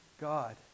God